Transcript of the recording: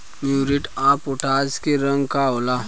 Muriate of potash के रंग का होला?